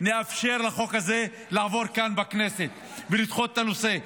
נאפשר לחוק הזה לעבור כאן בכנסת ולדחות את הנושא.